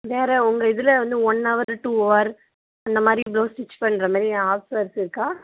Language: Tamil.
வேறு உங்கள் இதில் வந்து ஒன்னவரு டூஆர் அந்தமாதிரி ப்ளௌஸ் ஸ்டிச் பண்றமாரி ஆப்ஷன் ஏதாச்சு இருக்கா